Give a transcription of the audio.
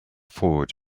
forward